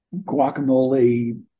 guacamole